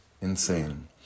insane